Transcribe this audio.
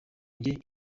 njye